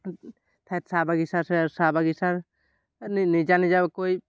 ঠাইত চাহ বাগিচা আছে আৰু চাহ বাগিচাৰ নিজা নিজাকৈ